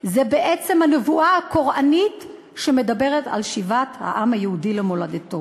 זו בעצם הנבואה הקוראנית שמדברת על שיבת העם היהודי למולדתו.